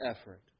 effort